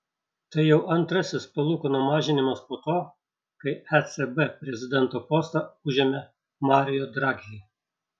tai jau antrasis palūkanų mažinimas po to kai ecb prezidento postą užėmė mario draghi